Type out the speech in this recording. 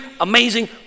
amazing